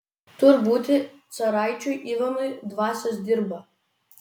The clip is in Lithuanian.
tur būti caraičiui ivanui dvasios dirba